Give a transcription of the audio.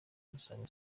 umusaruro